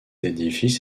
édifice